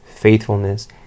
faithfulness